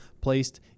placed